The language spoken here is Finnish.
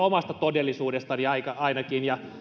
omasta todellisuudestani